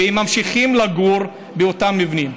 והם ממשיכים לגור באותם מבנים.